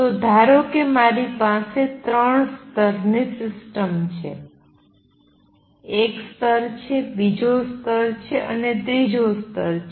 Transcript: તો ધારો કે મારી પાસે ત્રણ સ્તરની સિસ્ટમ છે એક સ્તર છે બીજો સ્તર અને ત્રીજો સ્તર છે